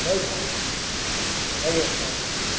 ଆଜ୍ଞା ହଉ